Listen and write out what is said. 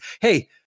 Hey